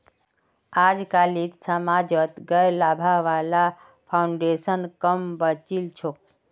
अजकालित समाजत गैर लाभा वाला फाउन्डेशन क म बचिल छोक